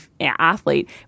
athlete